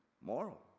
moral